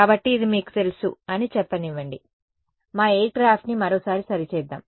కాబట్టి ఇది మీకు తెలుసు అని చెప్పనివ్వండి మా ఎయిర్ క్రాఫ్ట్ ని మరోసారి సరి చేద్దాం